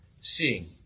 seeing